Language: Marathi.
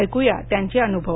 ऐकू या त्यांचे अनुभव